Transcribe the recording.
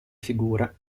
figure